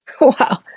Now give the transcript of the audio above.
Wow